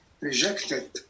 rejected